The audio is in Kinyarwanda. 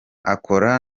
akora